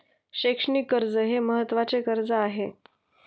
शैक्षणिक कर्ज हे महत्त्वाचे कर्ज आहे